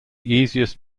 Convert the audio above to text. easiest